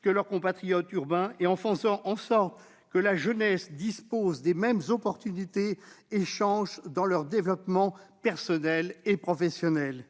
qu'à leurs compatriotes urbains et en faisant en sorte que la jeunesse dispose des mêmes chances dans son développement personnel et professionnel.